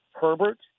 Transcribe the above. Herbert